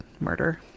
murder